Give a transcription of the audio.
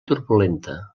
turbulenta